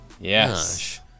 Yes